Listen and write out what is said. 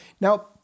Now